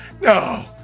no